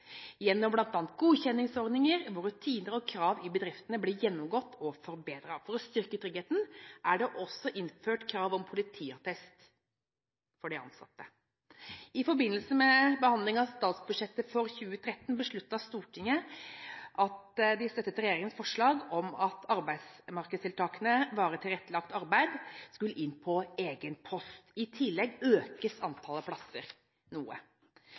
gjennom bl.a. godkjenningsordninger hvor rutiner og krav i bedriftene blir gjennomgått og forbedret. For å styrke tryggheten er det også innført krav om politiattest for de ansatte. I forbindelse med behandlingen av statsbudsjettet for 2013 besluttet Stortinget at de støttet regjeringens forslag om at arbeidsmarkedstiltaket varig tilrettelagt arbeid skulle inn på egen post. I tillegg økes antall plasser noe.